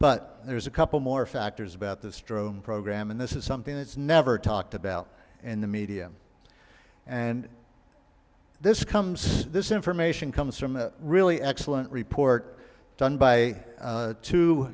but there's a couple more factors about this drone program and this is something that's never talked about in the media and this comes this information comes from a really excellent report done by